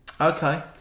Okay